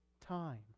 time